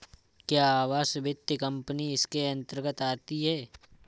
क्या आवास वित्त कंपनी इसके अन्तर्गत आती है?